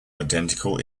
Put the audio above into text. identical